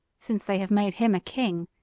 since they have made him a king,